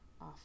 off